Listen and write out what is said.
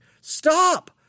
Stop